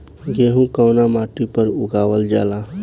गेहूं कवना मिट्टी पर उगावल जाला?